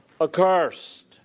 accursed